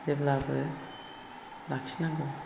जेब्लाबो लाखिनांगौ